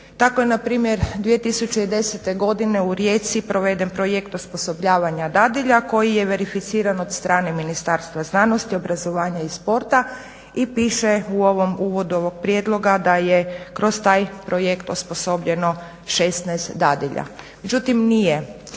Tako je na primjer 2010. godine u Rijeci proveden projekt osposobljavanja dadilja koji je verificiran od strane Ministarstva znanosti, obrazovanja i sporta i piše u uvodu ovog prijedloga da je kroz taj projekt osposobljeno 16 dadilja.